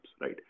right